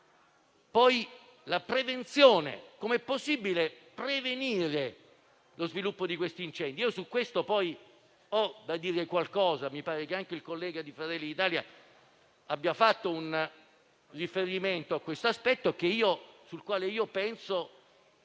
poi la prevenzione: come è possibile prevenire lo sviluppo di incendi? Su questo ho da dire qualcosa; mi pare che anche il collega di Fratelli d'Italia abbia fatto riferimento a questo aspetto, sul quale penso